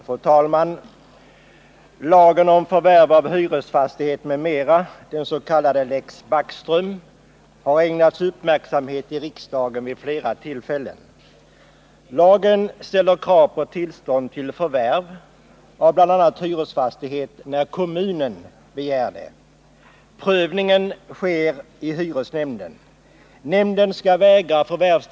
Fru talman! Lagen om förvärv av hyresfastighet m.m. — den s.k. Lex Backström — har ägnats uppmärksamhet i riksdagen vid flera tillfällen. Lagen ställer krav på tillstånd till förvärv av bl.a. hyresfastighet när kommunen begär det. Prövningen sker i hyresnämnden. Nämnden skall vägra förvärvs .